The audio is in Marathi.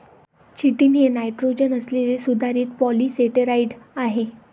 चिटिन हे नायट्रोजन असलेले सुधारित पॉलिसेकेराइड आहे